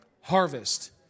harvest